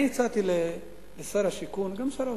אני הצעתי לשר השיכון, וגם לשר האוצר,